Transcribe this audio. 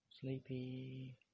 sleepy